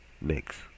next